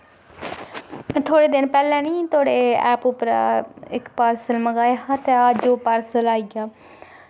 थोह्ड़े दिन पैह्लें निं ते थुआढ़े ऐप उप्परा इक्क पार्सल मंगाया हा ते अज्ज पार्सल आई गेआ